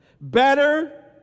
better